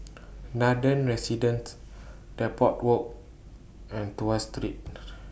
Nathan Residences Depot Walk and Tuas Street